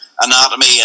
anatomy